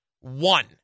One